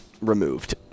removed